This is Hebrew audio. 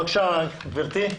בבקשה, גברתי.